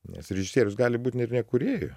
nes režisierius gali būti net ne kūrėju